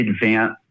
advance